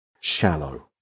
shallow